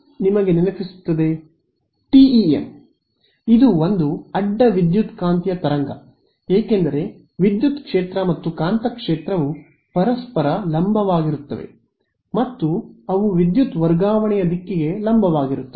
ವಿದ್ಯಾರ್ಥಿ ಟಿಇಎಂ ಇದು ಒಂದು ಅಡ್ಡ ವಿದ್ಯುತ್ಕಾಂತೀಯ ತರಂಗ ಏಕೆಂದರೆ ವಿದ್ಯುತ್ ಕ್ಷೇತ್ರ ಮತ್ತು ಕಾಂತಕ್ಷೇತ್ರವು ಪರಸ್ಪರ ಲಂಬವಾಗಿರುತ್ತವೆ ಮತ್ತು ಅವು ವಿದ್ಯುತ್ ವರ್ಗಾವಣೆಯ ದಿಕ್ಕಿಗೆ ಲಂಬವಾಗಿರುತ್ತವೆ